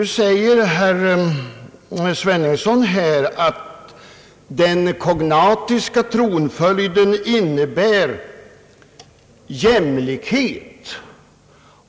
Herr Sveningsson säger att den kognatiska tronföljden innebär jämlikhet.